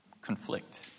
conflict